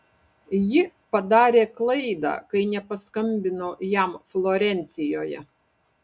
ji padarė klaidą kai nepaskambino jam florencijoje